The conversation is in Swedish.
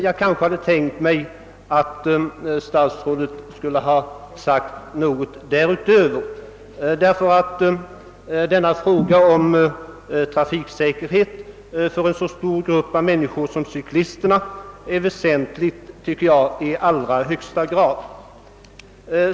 Men jag hade tänkt mig att han också skulle säga något därutöver, eftersom frågan om ökad trafiksäkerhet för den stora grupp som cyklisterna utgör är högst väsentlig.